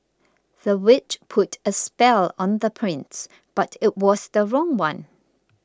the witch put a spell on the prince but it was the wrong one